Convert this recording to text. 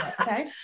Okay